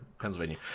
Pennsylvania